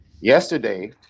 yesterday